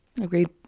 Agreed